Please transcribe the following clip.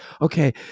okay